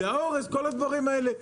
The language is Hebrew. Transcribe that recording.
זה האורז כל הדברים האלה.